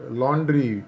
laundry